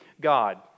God